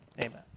amen